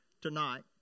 tonight